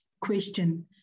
question